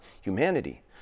humanity